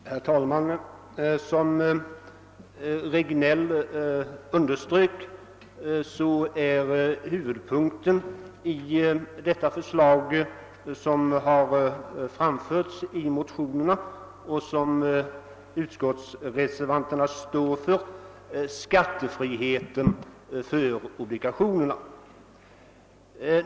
Herr talman! Som herr Regnéll underströk är huvudpunkten i detta förslag skattefrihet för obligationslån.